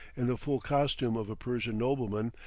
in the full costume of a persian nobleman,